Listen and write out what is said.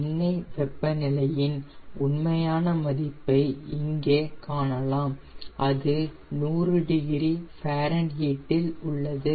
எண்ணெய் வெப்பநிலையின் உண்மையான மதிப்பை இங்கே காணலாம் அது 100 டிகிரி ஃபாரென்ஹீட் இல் உள்ளது